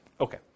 Okay